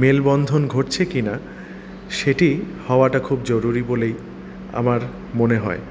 mail বন্ধন ঘটছে কিনা সেটি হওয়াটা খুব জরুরি বলেই আমার মনে হয়